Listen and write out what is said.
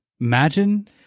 Imagine